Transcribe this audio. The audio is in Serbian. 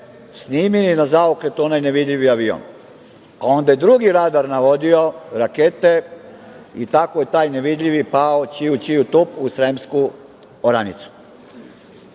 snimili na zaokret onaj nevidljivi avion. Pa, je onda i drugi radar navodio rakete i tako je taj nevidljivi pao, ćiu, ćiu, tup, u sremsku oranicu. Neki